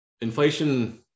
inflation